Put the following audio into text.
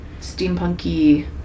Steampunky